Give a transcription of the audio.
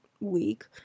Week